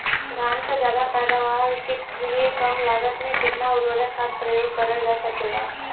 धान क ज्यादा पैदावार के लिए कम लागत में कितना उर्वरक खाद प्रयोग करल जा सकेला?